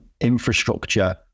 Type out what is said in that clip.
infrastructure